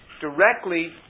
directly